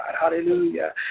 Hallelujah